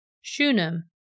Shunem